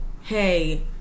Hey